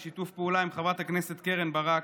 בשיתוף פעולה עם חברת הכנסת קרן ברק,